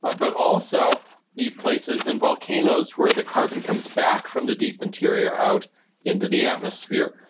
ah but also the places and volcanoes where the carbon comes back from the deep interior out into the atmosphere.